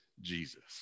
Jesus